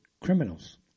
criminals